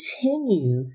continue